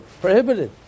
prohibited